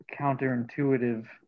counterintuitive